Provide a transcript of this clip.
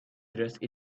dressed